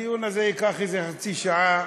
הדיון הזה ייקח איזה חצי שעה,